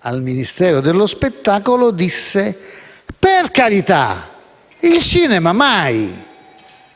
al Ministero dello spettacolo, disse: "Per carità, il cinema mai!"